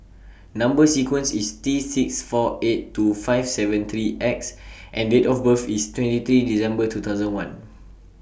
Number sequence IS T six four eight two five seven three X and Date of birth IS twenty three December two thousand one